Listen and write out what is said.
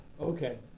Okay